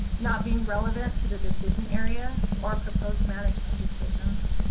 not being relevant to the decision area or proposed management decisions,